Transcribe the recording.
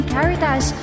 Caritas